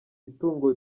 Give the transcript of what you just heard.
itungo